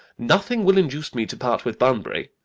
nothing will induce me to part with bunbury,